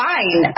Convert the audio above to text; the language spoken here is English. Fine